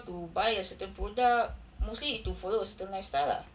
to buy a certain product mostly is to follow a certain lifestyle lah